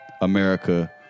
America